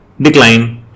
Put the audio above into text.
decline